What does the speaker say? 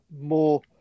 more